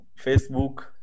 Facebook